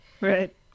Right